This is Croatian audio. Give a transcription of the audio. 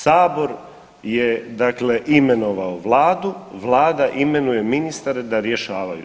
Sabor je dakle imenovao vladu, vlada imenuje ministre da rješavaju.